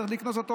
צריך לקנוס אותו,